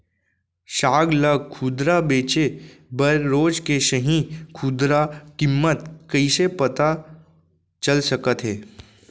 साग ला खुदरा बेचे बर रोज के सही खुदरा किम्मत कइसे पता चल सकत हे?